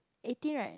eighteen right